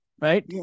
right